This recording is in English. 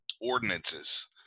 ordinances